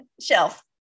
shelf